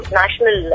national